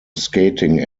skating